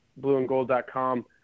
blueandgold.com